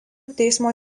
teismo